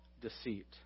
deceit